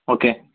okay